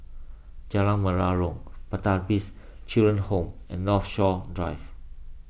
Jalan Menarong Pertapis Children Home and Northshore Drive